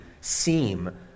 seem